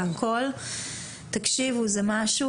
זה משהו